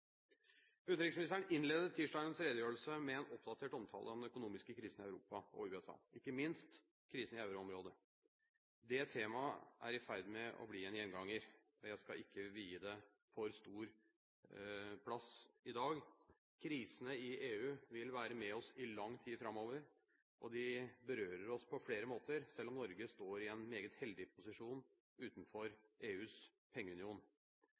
Utenriksministeren innledet tirsdagens redegjørelse med en oppdatert omtale av den økonomiske krisen i Europa og USA – ikke minst krisen i euroområdet. Det temaet er i ferd med å bli en gjenganger. Jeg skal ikke vie det for stor plass i dag. Krisene i EU vil være med oss i lang tid framover, og de berører oss på flere måter, selv om Norge står i en meget heldig posisjon utenfor EUs pengeunion.